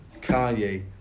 Kanye